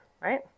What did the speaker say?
right